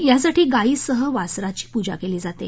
त्यासाठी गायीसह वासराची पूजा केली जाते